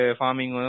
farming